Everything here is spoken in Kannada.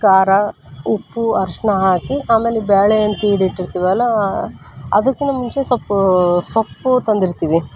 ಖಾರ ಉಪ್ಪು ಅರ್ಶಿಣ ಹಾಕಿ ಆಮೇಲೆ ಈ ಬೇಳೆ ಏನು ತೀಡಿಟ್ಟಿರ್ತೀವಲ್ಲ ಅದಕ್ಕಿನ್ನ ಮುಂಚೆ ಸೊಪ್ಪು ಸೊಪ್ಪು ತಂದಿರ್ತೀವಿ